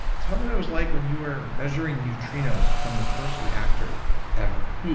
tell me what it was like when you were measuring neutrinos from the first reactor ever,